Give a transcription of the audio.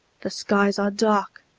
the skies are dark!